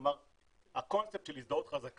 כלומר הקונספט של הזדהות חזקה